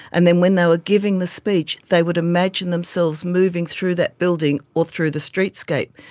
and then when they were giving the speech they would imagine themselves moving through that building or through the streetscape.